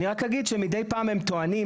אני רק אגיד שמידי פעם הם טוענים,